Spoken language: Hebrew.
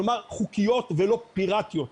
כלומר הן חוקיות ולא פירטיות.